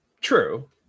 True